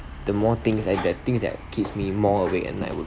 the more things like that things that keeps me more awake at night would